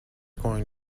going